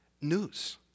news